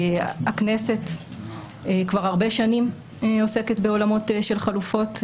הכנסת כבר הרבה שנים עוסקת בעולמות של חלופות.